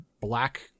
black